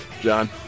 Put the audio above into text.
John